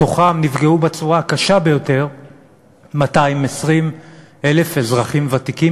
בתוכם נפגעו בצורה הקשה ביותר 220,000 אזרחים ותיקים,